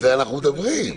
על זה אנחנו מדברים.